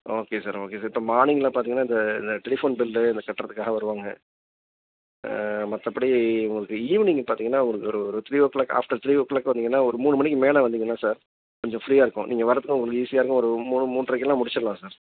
okay sir okay sir இப்போ மார்னிங்கில் பார்த்திங்கன்னா இந்த இந்த டெலிஃபோன் பில் இதை கட்டுறதுக்காக வருவாங்க மற்றப்படி உங்களுக்கு ஈவினிங் பார்த்திங்கன்னா உங்களுக்கு ஒரு ஒரு three o'clock after three o'clock வந்தீங்கன்னால் ஒரு மூணு மணிக்கு மேல் வந்தீங்கன்னால் சார் கொஞ்சம் ஃப்ரீயாக இருக்கும் நீங்கள் வரத்துக்கும் உங்களுக்கு ஈஸியாக இருக்கும் ஒரு மூணு மூன்றரைக்கிலாம் முடிச்சிடுலாம் சார்